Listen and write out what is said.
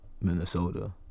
Minnesota